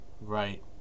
Right